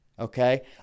okay